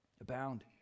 abound